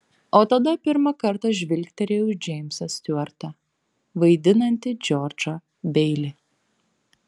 o tada pirmą kartą žvilgtelėjau į džeimsą stiuartą vaidinantį džordžą beilį